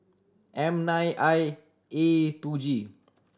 M nine I A two G